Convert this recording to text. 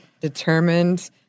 determined